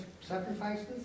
sacrifices